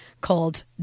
called